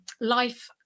life